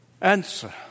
Answer